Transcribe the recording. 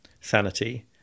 sanity